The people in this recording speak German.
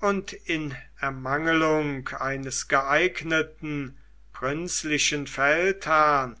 und in ermangelung eines geeigneten prinzlichen feldherrn